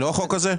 זה לא החוק הזה?